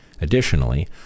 Additionally